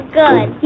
good